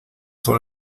son